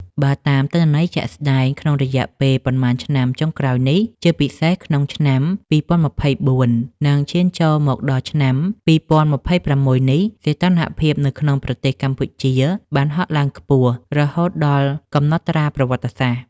បើតាមទិន្នន័យជាក់ស្តែងក្នុងរយៈពេលប៉ុន្មានឆ្នាំចុងក្រោយនេះ ជាពិសេសក្នុងឆ្នាំ ២០២៤ និងឈានចូលមកដល់ឆ្នាំ ២០២៦ នេះ សីតុណ្ហភាពនៅក្នុងប្រទេសកម្ពុជាបានហក់ឡើងខ្ពស់រហូតដល់កំណត់ត្រាប្រវត្តិសាស្ត្រ។